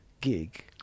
gig